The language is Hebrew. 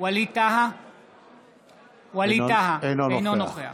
ווליד טאהא, אינו נוכח